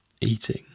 eating